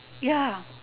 ya